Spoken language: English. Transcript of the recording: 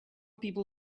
people